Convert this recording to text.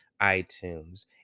iTunes